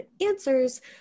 answers